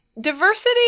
Diversity